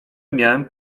miałem